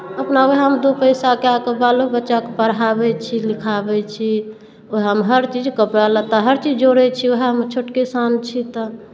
अपना उएहमे दू पैसा कए कऽ बालो बच्चाकेँ पढ़ाबै छी लिखाबै छी उएहमे हर चीज कपड़ा लत्ता हर चीज जोड़ै छी उएहमे छोट किसान छी तऽ